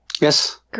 Yes